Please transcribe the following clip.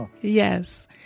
Yes